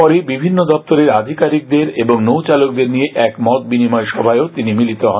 পরে বিভিন্ন দপ্তরের আধিকারিকদের ও নৌ চালকদের নিয়ে এক মত বিনিময় সভায় মিলিত হন